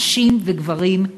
נשים וגברים,